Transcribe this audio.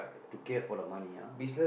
to care for money ah